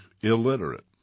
illiterate